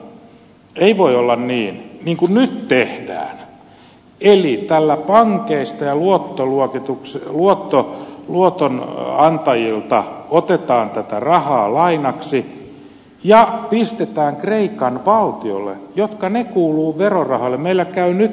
mutta ei voi olla niin kuin nyt tehdään eli niin että pankeista ja luotonantajilta otetaan tätä rahaa lainaksi ja pistetään kreikan valtiolle siihen mikä kuuluu maksaa verorahoilla